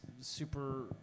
super